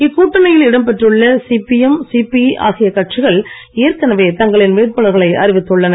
இக்கூட்டணியில் இடம்பெற்றுள்ள CPM CPI ஆகிய கட்சிகள் ஏற்கனவே தங்களின் வேட்பாளர்களை அறிவித்துள்ளன